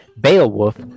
Beowulf